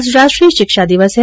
आज राष्ट्रीय शिक्षा दिवस है